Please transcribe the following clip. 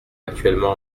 actuellement